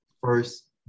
first